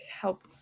help